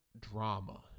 drama